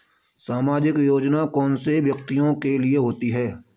सामाजिक योजना कौन से व्यक्तियों के लिए होती है?